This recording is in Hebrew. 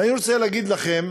ואני רוצה להגיד לכם,